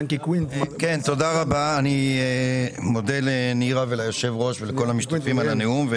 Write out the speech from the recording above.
אני מודה לנירה וליושב ראש ולכל המשתתפים על הדיון.